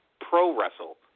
pro-wrestle